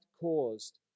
caused